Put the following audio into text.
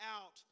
out